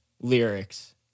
lyrics